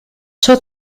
ciò